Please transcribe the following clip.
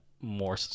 more